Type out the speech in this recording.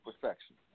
perfection